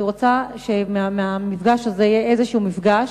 אני רוצה שמהמפגש הזה, יהיה איזשהו מפגש,